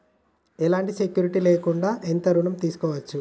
ఎలాంటి సెక్యూరిటీ లేకుండా ఎంత ఋణం తీసుకోవచ్చు?